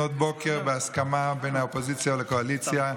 לפנות בוקר, בהסכמה בין האופוזיציה לקואליציה,